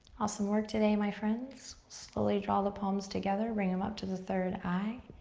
awesome work today, my friends. slowly draw the palms together, bring em up to the third eye.